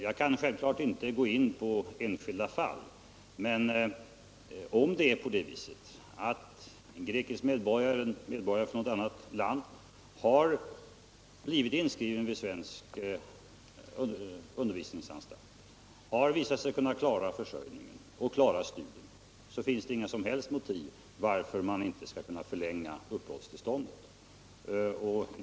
Jag kan självklart inte gå in på enskilda fall, men om det är så att en grekisk medborgare, som har blivit inskriven vid svensk undervisningsanstalt, har visat sig kunna klara sin försörjning och klara studierna, finns det inga som helst motiv för att inte förlänga hans uppehållstillstånd.